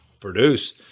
produce